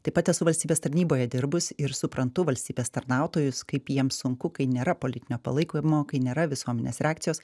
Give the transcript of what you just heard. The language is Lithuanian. taip pat esu valstybės tarnyboje dirbus ir suprantu valstybės tarnautojus kaip jiems sunku kai nėra politinio palaikymo kai nėra visuomenės reakcijos